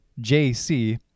JC